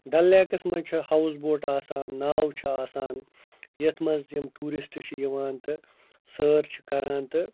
Dal lakes منٛز چھِ houseboat آسان ناوٕ چھِ آسان یَتھ منٛز یِم ٹیٛوٗرسٹہٕ چھِ یِوان تہٕ سٲر چھِ کَران تہٕ